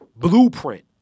blueprint